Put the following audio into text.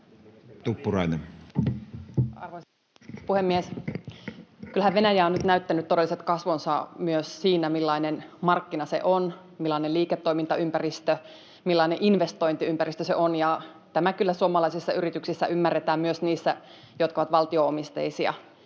16:41 Content: Arvoisa puhemies! Kyllähän Venäjä on nyt näyttänyt todelliset kasvonsa myös siinä, millainen markkina se on, millainen liiketoimintaympäristö, millainen investointiympäristö se on. Tämä kyllä suomalaisissa yrityksissä ymmärretään — myös niissä, jotka ovat valtio-omisteisia.